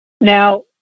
Now